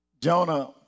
Jonah